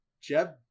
Jeb